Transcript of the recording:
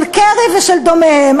של קרי ושל דומיהם.